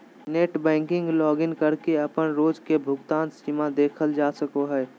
net banking login करके अपन रोज के भुगतान सीमा देखल जा सको हय